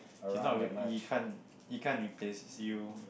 he's not really he can't he can't replace you